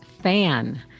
Fan